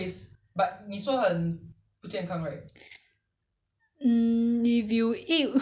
应该应该是没有问题你又没有常吃的只是偶尔吃一次应该是应该是没有问题 ah